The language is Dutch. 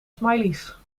smileys